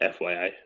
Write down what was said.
FYI